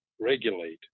regulate